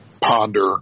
Ponder